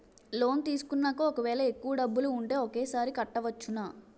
Loan తీసుకున్నాక ఒకవేళ ఎక్కువ డబ్బులు ఉంటే ఒకేసారి కట్టవచ్చున?